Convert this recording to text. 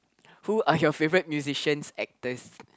who are your favourite musicians actors